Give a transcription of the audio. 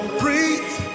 breathe